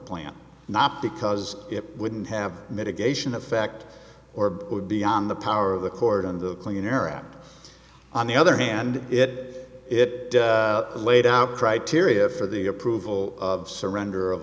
plant not because it wouldn't have mitigation effect or would be on the power of the court in the clean air act on the other hand it it laid out the criteria for the approval of surrender of